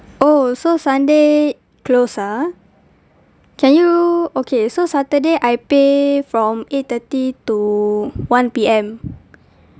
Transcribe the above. oh so sunday it close ah can you okay so saturday I pay from eight thirty to one P_M